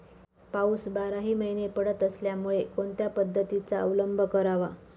पाऊस बाराही महिने पडत असल्यामुळे कोणत्या पद्धतीचा अवलंब करावा?